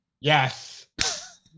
Yes